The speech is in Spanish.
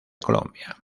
colombia